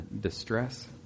distress